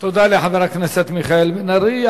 תודה לחבר הכנסת מיכאל בן-ארי.